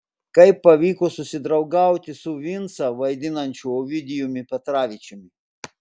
kaip pavyko susidraugauti su vincą vaidinančiu ovidijumi petravičiumi